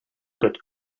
good